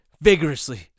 vigorously